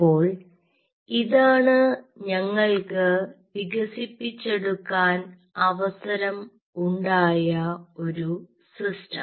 അപ്പോൾ ഇതാണ് ഞങ്ങൾക്ക് വികസിപ്പിച്ചെടുക്കാൻ അവസരം ഉണ്ടായ ഒരു സിസ്റ്റം